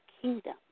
kingdom